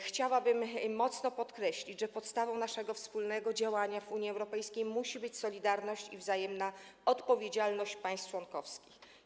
Chciałabym mocno podkreślić, że podstawą naszego wspólnego działania w Unii Europejskiej musi być solidarność i wzajemna odpowiedzialność państw członkowskich.